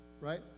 right